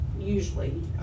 Usually